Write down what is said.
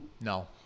No